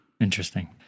Interesting